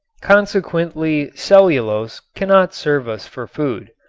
consequently cellulose cannot serve us for food,